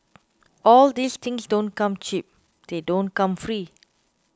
all these things don't come cheap they don't come free